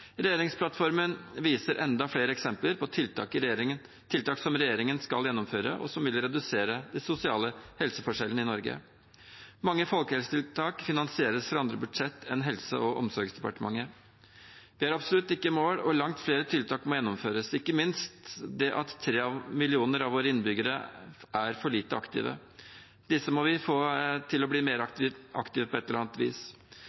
Regjeringsplattformen viser enda flere eksempler på tiltak som regjeringen skal gjennomføre, og som vil redusere de sosiale helseforskjellene i Norge. Mange folkehelsetiltak finansieres over andre budsjetter enn Helse- og omsorgsdepartementets. Vi er absolutt ikke i mål, og langt flere tiltak må gjennomføres, ikke minst fordi tre millioner av våre innbyggere er for lite aktive. Disse må vi få til å bli mer aktive på et eller annet vis.